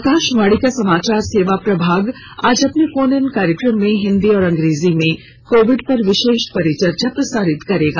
आकाशवाणी का समाचार सेवा प्रभाग आज अपने फोन इन कार्यक्रम में हिंदी और अंग्रेजी में कोविड पर विशेष परिचर्चा प्रसारित करेगा